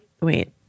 Wait